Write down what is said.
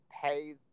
pay